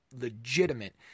legitimate